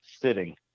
sitting